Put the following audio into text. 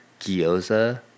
gyoza